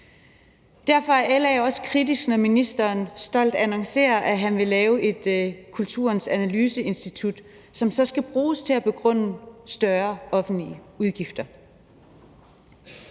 Derfor er LA også kritisk, når ministeren stolt annoncerer, at han vil lave et Kulturens Analyseinstitut, som så skal bruges til at begrunde større offentlige udgifter.